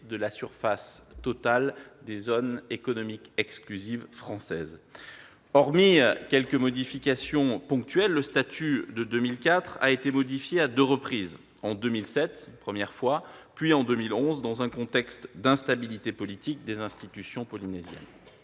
de la surface totale des zones économiques exclusives françaises. Hormis quelques modifications ponctuelles, le statut de 2004 a été modifié à deux reprises : une première fois en 2007, puis en 2011, dans un contexte d'instabilité politique des institutions polynésiennes.